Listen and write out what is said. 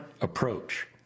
approach